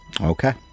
Okay